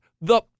the-